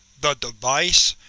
the device?